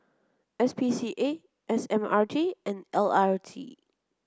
S P C A S M R T and L R T